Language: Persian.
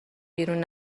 بیرون